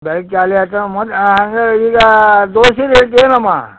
ಬೆಳಿಗ್ಗೆ ಖಾಲಿ ಆಯ್ತಾ ಮೊ ಹಾಗಾರೆ ಈಗ ದೊಸೆ ರೇಟ್ ಏನಮ್ಮ